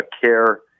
care